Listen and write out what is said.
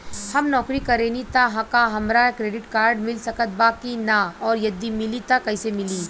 हम नौकरी करेनी त का हमरा क्रेडिट कार्ड मिल सकत बा की न और यदि मिली त कैसे मिली?